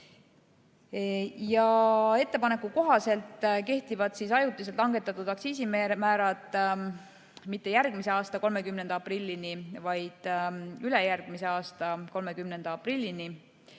Ettepaneku kohaselt kehtivad ajutiselt langetatud aktsiisimäärad mitte järgmise aasta 30. aprillini, vaid ülejärgmise aasta 30. aprillini,